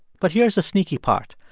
but here's a sneaky part.